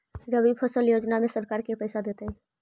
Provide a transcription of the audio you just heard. रबि फसल योजना में सरकार के पैसा देतै?